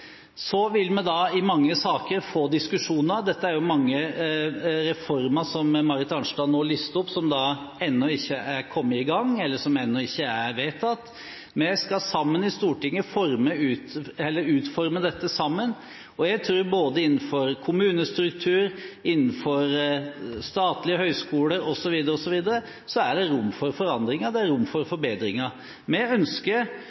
Så vil vi i mange saker få diskusjoner. Det er jo mange reformer, som Marit Arnstad nå lister opp, som ennå ikke er kommet i gang, eller som ennå ikke er vedtatt. Vi skal sammen i Stortinget utforme dette, og jeg tror at det innenfor både kommunestruktur, statlige høyskoler osv. er rom for forandringer